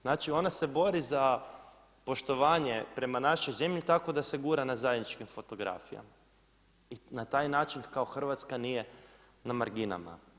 Znači ona se bori za poštovanje prema našoj zemlji tako da se gura na zajedničkim fotografijama i na taj način kao Hrvatska nije na marginama.